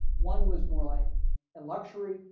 one was more like a luxury.